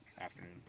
afternoon